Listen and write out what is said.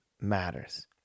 matters